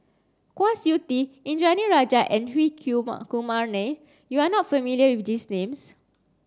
Kwa Siew Tee Indranee Rajah and Hri Kumar Nair you are not familiar with these names